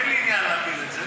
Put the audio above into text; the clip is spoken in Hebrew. ואין לי עניין להפיל את זה,